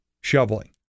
shoveling